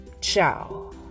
Ciao